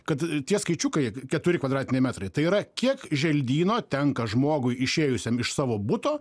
kad tie skaičiukai keturi kvadratiniai metrai tai yra kiek želdyno tenka žmogui išėjusiam iš savo buto